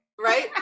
Right